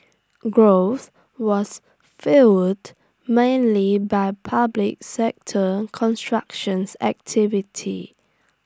growth was fuelled mainly by public sector constructions activity